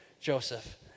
Joseph